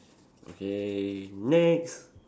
okay next